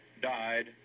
died